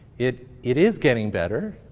it it is getting better.